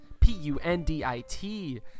P-U-N-D-I-T